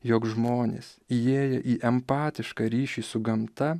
jog žmonės įėję į empatišką ryšį su gamta